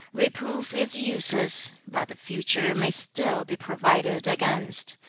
reproof is useless but the future may still be provided against.